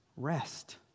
Rest